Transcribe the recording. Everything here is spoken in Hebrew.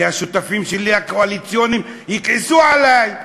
כי השותפים שלי הקואליציוניים יכעסו עלי,